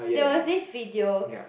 that was this video